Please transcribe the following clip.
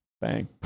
bang